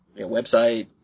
Website